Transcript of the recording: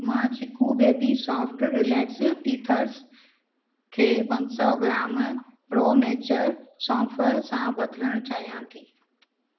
मां Chicco baby soft relax teethers खे पंज सौ ग्राम प्रो नेचर सौंफ सां बदिलणु चाहियां थी